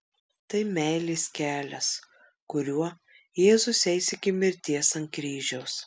tai meilės kelias kuriuo jėzus eis iki mirties ant kryžiaus